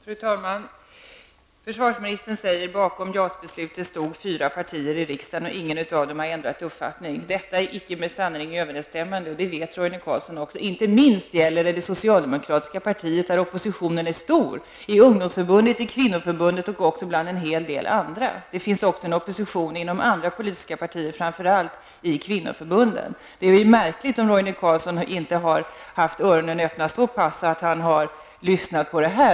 Fru talman! Försvarsministern säger att det bakom JAS beslutet stod fyra partier i riksdagen och att inget av dem har ändrat uppfattning. Detta är icke med sanningen överensstämmande, och det vet Roine Carlsson. Inte minst gäller detta det socialdemokratiska partiet, där oppositionen är stark i ungdomsförbundet, i kvinnoförbundet och även på en del andra håll. Det finns också inom andra partier en sådan opposition, framför allt i kvinnoförbunden. Det är märkligt om Roine Carlsson inte har haft öronen öppna så pass mycket att han lyssnat på detta.